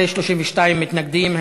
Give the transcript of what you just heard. בעד, 18, 32 מתנגדים.